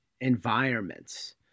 environments